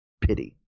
pity